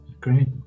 great